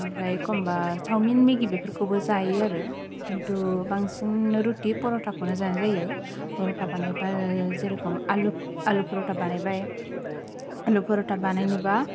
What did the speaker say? ओमफ्राय एखमबा सावमिन मेगि बेफोरखौबो जायो आरो खिन्थु बांसिन रुति फर'थाखौनो जानाय जायो पर'था बानायबा जेर'खम आलु पर'था बानायबाय आलु पर'था बानायनोबा